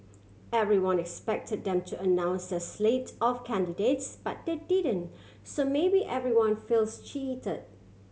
everyone expected them to announce their slate of candidates but they didn't so maybe everyone feels cheat